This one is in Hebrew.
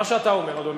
מה שאתה אומר, אדוני.